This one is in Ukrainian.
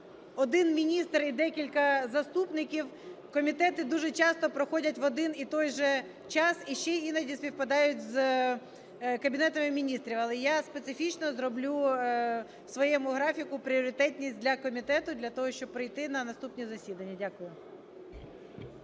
один міністр і декілька заступників. Комітети дуже часто проходять в один і той же час і ще іноді співпадають з Кабінетом Міністрів. Але я специфічно зроблю в своєму графіку пріоритетність для комітету для того, щоб прийти на наступне засідання. Дякую.